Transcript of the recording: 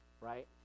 right